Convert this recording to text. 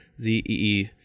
Z-E-E